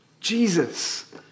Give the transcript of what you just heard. Jesus